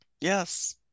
yes